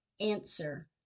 Answer